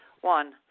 One